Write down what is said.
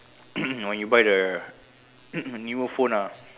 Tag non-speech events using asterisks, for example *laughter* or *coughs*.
*coughs* when you buy the *coughs* newer phone ah